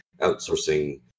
outsourcing